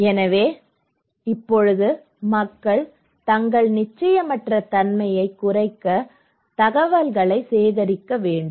எனவே இப்போது மக்கள் தங்கள் நிச்சயமற்ற தன்மையைக் குறைக்க தகவல்களை சேகரிக்க வேண்டும்